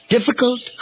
Difficult